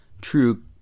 true